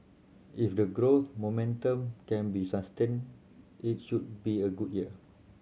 if the growth momentum can be sustained it should be a good year